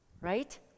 right